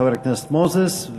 חבר הכנסת מוזס,